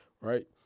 Right